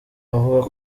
havuga